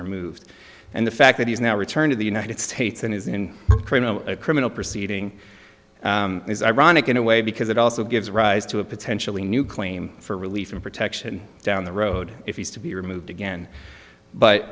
removed and the fact that he's now return to the united states and is in a criminal proceeding is ironic in a way because it also gives rise to a potentially new claim for relief and protection down the road if he's to be removed again but